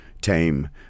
tame